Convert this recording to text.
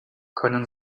können